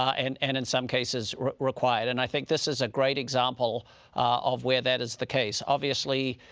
and and in some cases required. and i think this is a great example of where that is the case. obviously,